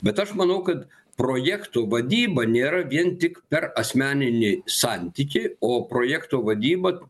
bet aš manau kad projektų vadyba nėra vien tik per asmeninį santykį o projekto vadyba